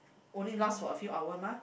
only last for a few hour mah